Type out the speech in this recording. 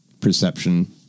perception